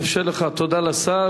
תודה לשר.